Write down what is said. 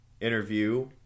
interview